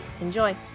Enjoy